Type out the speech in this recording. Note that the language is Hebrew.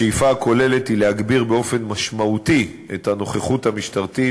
השאיפה הכוללת היא להגביר באופן משמעותי את הנוכחות המשטרתית